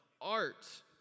art